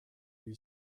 lui